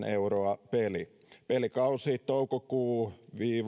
euroa per peli pelikausi oli toukokuu